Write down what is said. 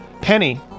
Penny